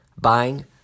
buying